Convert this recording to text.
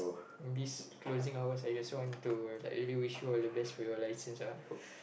closing hours I just want to wish you all the best for you licence ah I hope